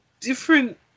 different